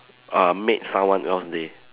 uh made someone else's day